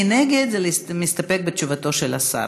מי שנגד, זה להסתפק בתשובתו של השר.